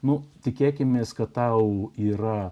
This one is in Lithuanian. nu tikėkimės kad tau yra